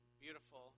beautiful